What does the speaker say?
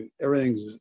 everything's